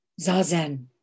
Zazen